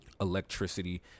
electricity